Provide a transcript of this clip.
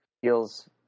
feels